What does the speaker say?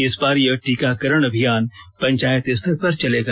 इस बार यह टीकाकरण अभियान पंचायत स्तर पर चलेगा